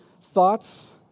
thoughts